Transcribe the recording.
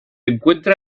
encuentra